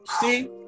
See